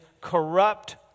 corrupt